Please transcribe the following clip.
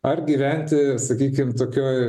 ar gyventi sakykim tokioj